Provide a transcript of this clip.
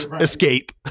escape